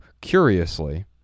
curiously